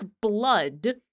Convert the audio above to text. blood